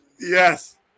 Yes